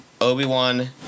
Obi-Wan